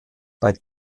bei